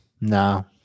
no